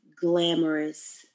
glamorous